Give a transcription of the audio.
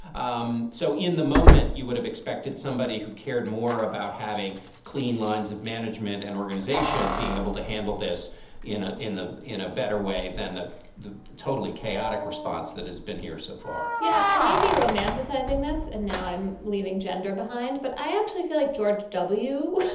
um so in the moment, you would have expected somebody who cared more about having clean lines of management and organization, being able to handle this in ah in a in a better way than the the totally chaotic response that has been here so far yeah. i may be romanticizing this and now i'm leaving gender behind, but i actually feel like george w.